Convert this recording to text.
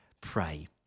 pray